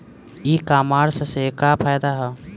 ई कामर्स से का फायदा ह?